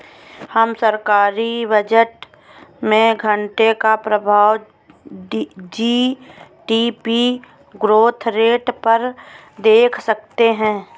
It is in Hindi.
हम सरकारी बजट में घाटे का प्रभाव जी.डी.पी ग्रोथ रेट पर देख सकते हैं